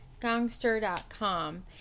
gongster.com